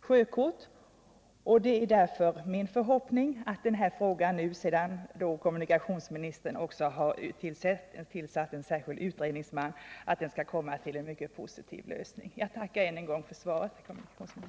sjökort. Det är därför min förhoppning att den här frågan, sedan kommunikationsministern nu också utsett en särskild utredningsman, skall få en positiv lösning. Jag tackar än en gång för kommunikationsministerns svar.